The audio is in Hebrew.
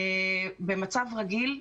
במצב רגיל,